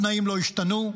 התנאים לא השתנו.